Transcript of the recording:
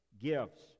gifts